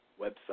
website